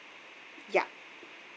ya